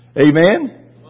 Amen